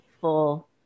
full